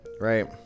right